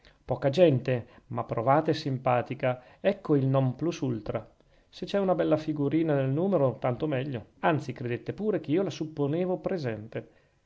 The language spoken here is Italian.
poca gente ma provata e simpatica ecco il non plus ultra se c'è una bella figurina nel numero tanto meglio anzi credete pure che io la supponevo presente